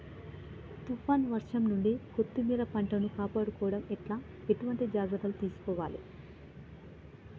తుఫాన్ వర్షం నుండి కొత్తిమీర పంటను కాపాడుకోవడం ఎట్ల ఎటువంటి జాగ్రత్తలు తీసుకోవాలే?